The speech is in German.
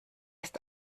ist